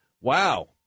Wow